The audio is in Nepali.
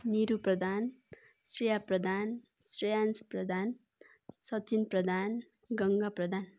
निरु प्रधान श्रेया प्रधान श्रेयांस प्रधान सचिन प्रधान गङ्गा प्रधान